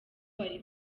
wari